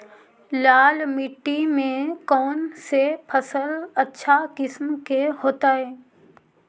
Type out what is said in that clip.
लाल मिट्टी में कौन से फसल अच्छा किस्म के होतै?